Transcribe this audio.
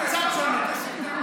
קצת שונה.